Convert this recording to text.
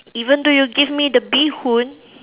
even though you give me the bee-hoon